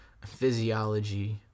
Physiology